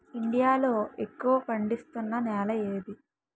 India లో ఎక్కువ పండిస్తున్నా నేల ఏది?